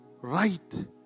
right